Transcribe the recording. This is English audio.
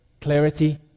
clarity